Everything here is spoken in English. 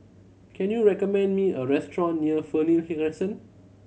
can you recommend me a restaurant near Fernhill Crescent